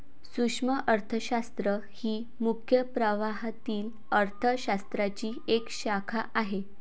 सूक्ष्म अर्थशास्त्र ही मुख्य प्रवाहातील अर्थ शास्त्राची एक शाखा आहे